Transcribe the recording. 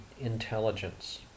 intelligence